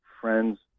friends